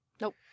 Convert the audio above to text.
Nope